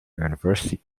university